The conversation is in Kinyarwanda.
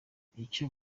icyo